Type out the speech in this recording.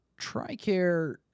Tricare